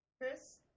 Chris